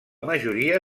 majoria